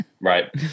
Right